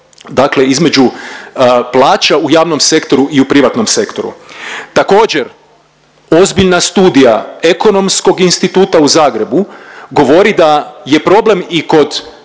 dakle između plaća u javnom sektoru i u privatnom sektoru. Također ozbiljna studija Ekonomskog instituta u Zagrebu govori da je problem i kod